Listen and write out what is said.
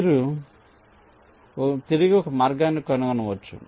మీరు తిరిగి ఒక మార్గాన్ని కనుగొనవచ్చు